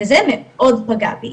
וזה מאוד פגע בי,